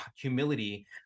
humility